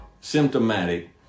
symptomatic